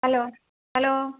hello hello